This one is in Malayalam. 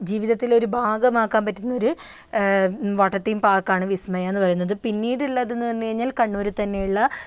ജീവിതത്തിൽ ഒരു ഭാഗമാകാൻ പറ്റുന്ന ഒരു വാട്ടർ തീം പാർക്കാണ് വിസ്മയ എന്ന് പറയുന്നത് പിന്നീടുള്ളതെന്ന് പറഞ്ഞുകഴിഞ്ഞാൽ കണ്ണൂർ തന്നെയുള്ള